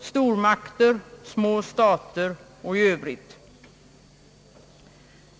stora och små stater och i övrigt.